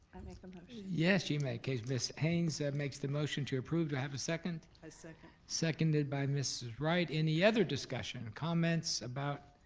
i make um a yes you may, okay miss haynes makes the motion to approve, do i have a second? i second. seconded by miss wright, any other discussion, comments about